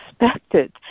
expected